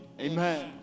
amen